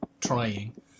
trying